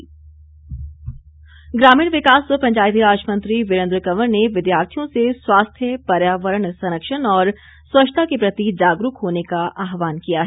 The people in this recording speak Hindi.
वीरेंद्र कंवर ग्रामीण विकास व पंचायती राज मंत्री वीरेंद्र कंवर ने विद्यार्थियों से स्वास्थ्य पर्यावरण संरक्षण और स्वच्छता के प्रति जागरूक होने का आहवान किया है